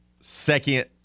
second